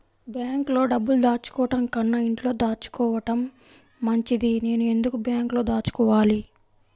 బ్యాంక్లో డబ్బులు దాచుకోవటంకన్నా ఇంట్లో దాచుకోవటం మంచిది నేను ఎందుకు బ్యాంక్లో దాచుకోవాలి?